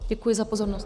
Děkuji za pozornost.